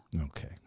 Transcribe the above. Okay